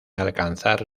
alcanzar